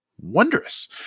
wondrous